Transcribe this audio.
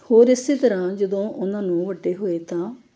ਹੋਰ ਇਸੇ ਤਰ੍ਹਾਂ ਜਦੋਂ ਉਹਨਾਂ ਨੂੰ ਵੱਡੇ ਹੋਏ ਤਾਂ